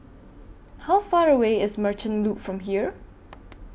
How Far away IS Merchant Loop from here